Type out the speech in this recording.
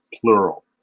plural